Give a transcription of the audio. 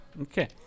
Okay